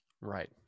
Right